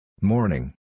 Morning